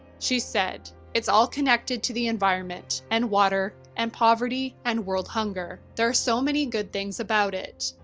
she said, it's all connected to the environment and water and poverty and world hunger. there are so many good things about it.